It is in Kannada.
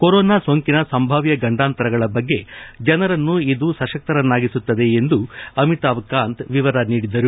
ಕೊರೋನಾ ಸೋಂಕಿನ ಸಂಭಾವ್ಯ ಗಂಡಾಂತರಗಳ ಬಗ್ಗೆ ಜನರನ್ನು ಇದು ಸಶಕ್ತರನ್ನಾಗಿಸುತ್ತದೆ ಎಂದು ಅಮಿತಾಬ್ ಕಾಂತ್ ವಿವರ ನೀಡಿದ್ದಾರೆ